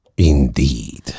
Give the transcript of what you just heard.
Indeed